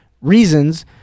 reasons